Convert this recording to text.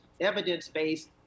evidence-based